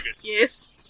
Yes